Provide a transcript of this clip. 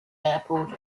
airport